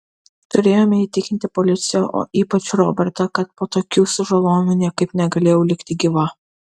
turėjome įtikinti policiją o ypač robertą kad po tokių sužalojimų niekaip negalėjau likti gyva